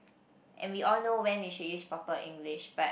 and we all know when we should use proper English but